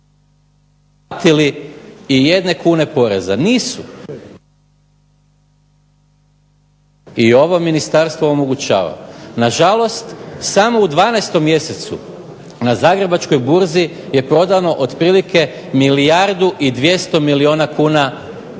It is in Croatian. ne čuje se./... i ovo ministarstvo omogućava. Na žalost samo u 12 mjesecu na Zagrebačkoj burzi je prodano otprilike milijardu i 200 milijuna kuna dionica,